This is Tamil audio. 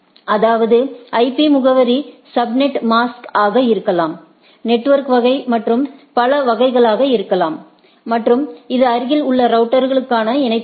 அதாவது ஐபி முகவரி சப்நெட் மாஸ்க் ஆக இருக்கலாம் நெட்வொர்க் வகை மற்றும் பல வகைகளாக இருக்கலாம் மற்றும் இது அருகில் உள்ள ரவுட்டர்களுக்கான இணைப்பாகும்